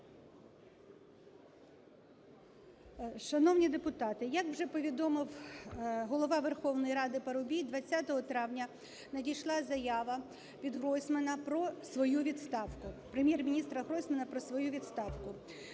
Шановні депутати, як вже повідомив Голова Верховної Ради Парубій, 20 травня надійшла заява від Гройсмана про свою відставку,